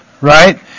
right